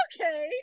okay